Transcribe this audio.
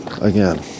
again